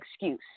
excuse